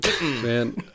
Man